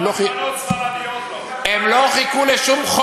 רק בנות ספרדיות לא.